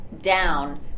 down